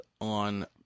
on